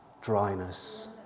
dryness